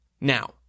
Now